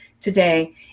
today